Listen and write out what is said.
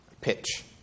pitch